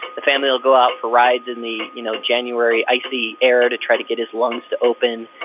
the family will go out for rides in the you know january icy air to try to get his lungs to open.